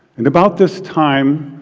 and about this time,